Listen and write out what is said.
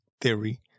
theory